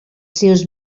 seus